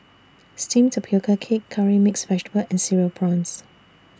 Steamed Tapioca Cake Curry Mixed Vegetable and Cereal Prawns